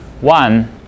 one